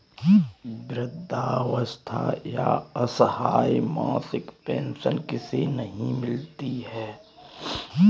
वृद्धावस्था या असहाय मासिक पेंशन किसे नहीं मिलती है?